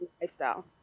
lifestyle